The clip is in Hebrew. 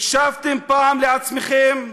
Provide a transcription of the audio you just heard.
הקשבתם פעם לעצמכם?